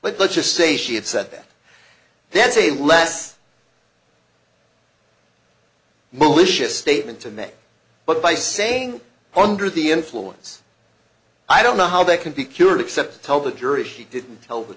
but let's just say she had said that that's a less malicious statement to make but by saying under the influence i don't know how that can be cured except to tell the jury she didn't tell the